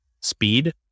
speed